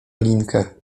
alinkę